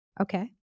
Okay